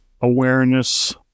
awareness